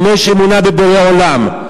אם יש אמונה בבורא עולם.